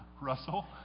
Russell